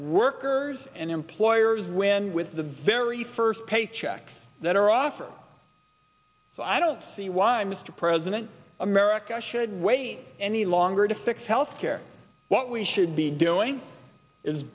workers and employers when with the very first paycheck that are offered so i don't see why mr president america should wait any longer to fix health care what we should be doing is